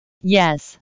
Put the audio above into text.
yes